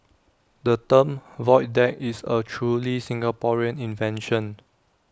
the term void deck is A truly Singaporean invention